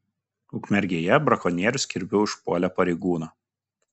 ukmergėje brakonierius kirviu užpuolė pareigūną